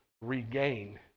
regain